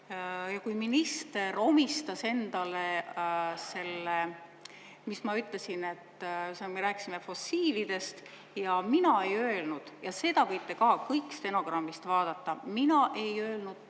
tagasi. Minister omistas endale selle, mis ma ütlesin. Kui me rääkisime fossiilidest, siis mina ei öelnud – ja seda võite kõik stenogrammist järele vaadata –, mina ei öelnud